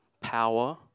power